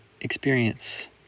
experience